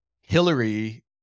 Hillary